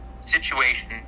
situation